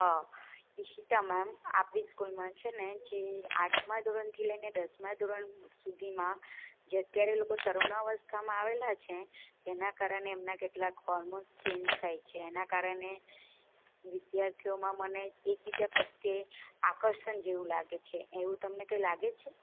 હા ઈશિતા મેમ આપણી સ્કૂલમાં છેને જે આઠમા ધોરણથી લઈને દસમા ધોરણ સુધીમાં જે અત્યારે લોકો તરુણાવસ્થામાં આવેલાં છે એના કારણે એમના કેટલાક હોર્મોન્સ ચેંજ થાય છે એના કારણે વિદ્યાર્થીઓમાં મને એક બીજા પ્રત્યે આકર્ષણ જેવું લાગે છે એવું તમને કંઈ લાગે છે